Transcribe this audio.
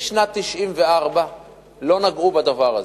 משנת 1994 לא נגעו בדבר הזה.